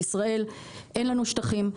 בישראל אין לנו שטחים,